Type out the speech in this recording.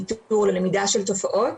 ללמידה של תופעות,